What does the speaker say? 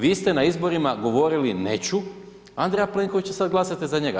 Vi ste na izborima govorili neću Andreja Plenkovića, sad glasate za njega.